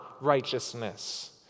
righteousness